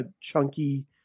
chunky